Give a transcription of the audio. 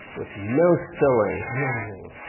with no spilling, amazing.